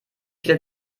viel